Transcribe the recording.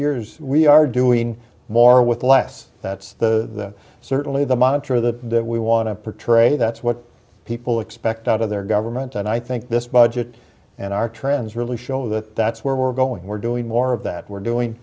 years we are doing more with less that's the certainly the monitor of the we want to portray that's what people expect out of their government and i think this by and our trends really show that that's where we're going we're doing more of that we're doing